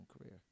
career